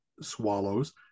swallows